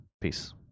Peace